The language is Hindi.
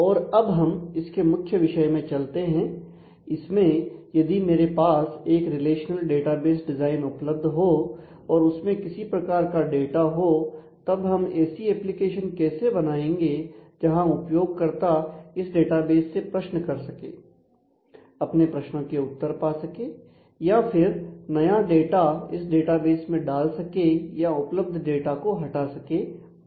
और अब हम इसके मुख्य विषय में चलते हैं इसमें यदि मेरे पास एक रिलेशनल डेटाबेस डिजाइन उपलब्ध हो और उसमें किसी प्रकार का डाटा हो तब हम ऐसी एप्लीकेशन कैसे बनाएंगे जहां उपयोगकर्ता इस डेटाबेस से प्रश्न कर सके अपने प्रश्नों के उत्तर पा सके या फिर नया डाटा इस डेटाबेस में डाल सके या उपलब्ध डाटा को हटा सके आदि